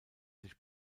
sich